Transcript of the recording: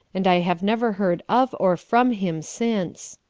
and i have never heard of or from him since.